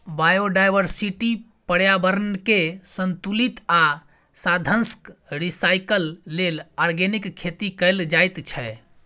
biodiversity, प्रर्याबरणकेँ संतुलित आ साधंशक रिसाइकल लेल आर्गेनिक खेती कएल जाइत छै